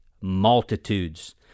multitudes